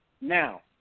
now